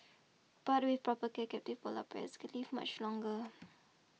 but with proper care captive Polar Bears can live much longer